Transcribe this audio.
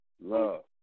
Love